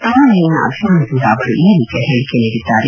ತಮ್ಮ ಮೇಲಿನ ಅಭಿಮಾನದಿಂದ ಅವರು ಈ ರೀತಿಯ ಹೇಳಿಕೆ ನೀಡಿದ್ದಾರೆ